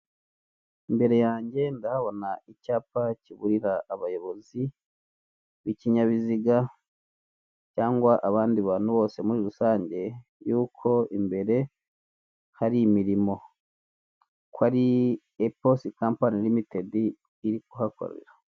Inzu ikodeshwa kacyiru mu mujyi wa kigali ikaba ikodeshwa amafaranga igihumbi na magana atanu by'amadolari hakaba harimo firigo ndetse n'ibindi bikoresho byo mu gikoni .